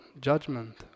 Judgment